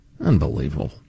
Unbelievable